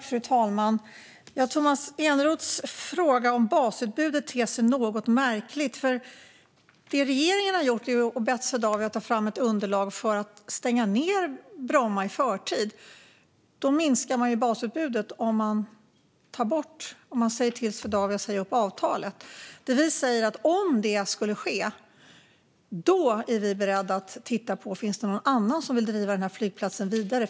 Fru talman! Tomas Eneroths fråga om basutbudet ter sig något märklig, eftersom regeringen har bett Swedavia att ta fram ett underlag för att stänga Bromma i förtid. Man minskar ju basutbudet om man säger till Swedavia att säga upp avtalet. Det vi säger är: Om detta skulle ske är vi beredda att titta på om det finns någon annan som vill driva flygplatsen vidare.